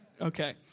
Okay